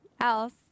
else